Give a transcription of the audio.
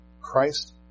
Christ